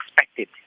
expected